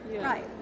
Right